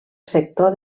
sector